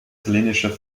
italienischer